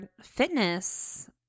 fitness